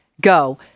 go